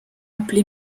appelé